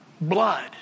Blood